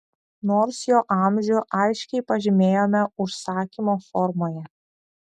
nors jo amžių aiškiai pažymėjome užsakymo formoje